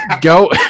go